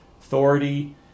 authority